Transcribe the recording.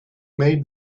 made